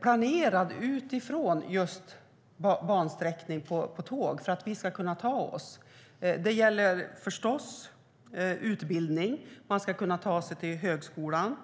planerad utifrån denna bansträckning, att vi ska kunna ta oss till olika platser med tåg. Det gäller förstås utbildning; man ska kunna ta sig till högskolan.